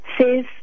says